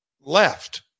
left